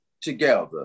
together